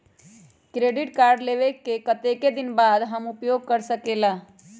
Credit card लेबे के कतेक दिन बाद हम उपयोग कर सकेला?